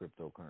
cryptocurrency